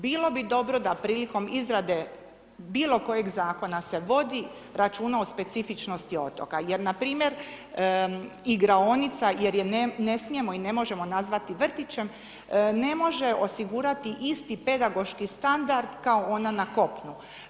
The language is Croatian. Bilo bi dobro da prilikom izrade bilokojeg zakona se vodi računa o specifičnosti otoka jer npr. igraonica jer ne smijemo i ne možemo nazvati vrtićem, ne može osigurati isti pedagoški standard kao ona na kopnu.